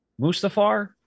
Mustafar